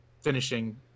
finishing